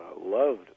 loved